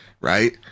right